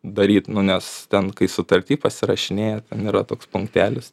daryt nu nes ten kai sutarty pasirašinėja ten yra toks punktelis